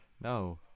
No